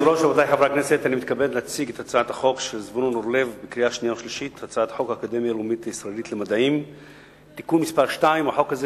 מאת חברי הכנסת זבולון אורלב, ציון פיניאן ורוחמה